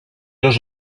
dos